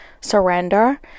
surrender